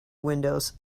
windows